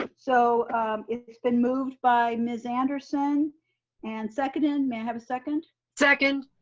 ah so if it's been moved by miss anderson and seconded, may i have a second? second,